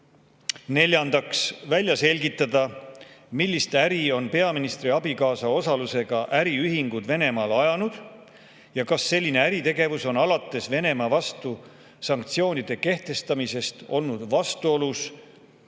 Neljandaks, välja selgitada, millist äri on peaministri abikaasa osalusega äriühingud Venemaal ajanud ja kas selline äritegevus on alates Venemaa vastu sanktsioonide kehtestamisest olnud vastuolus